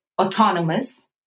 autonomous